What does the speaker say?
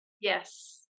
yes